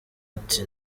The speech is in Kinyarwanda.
ati